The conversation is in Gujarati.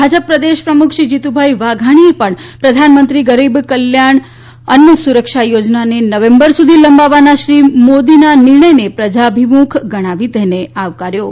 ભાજપ પ્રદેશ પ્રમુખ શ્રી જીતુભાઈ વાઘાણીએ પણ પ્રધાનમંત્રી ગરીબ કલ્યાણ અન્ય સુરક્ષા યોજનાને નવેમ્બર સુધી લંબાવવાના શ્રી મોદીના નિર્ણયને પ્રજાભિમુખ ગણાવી આવકાર્યો છે